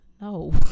No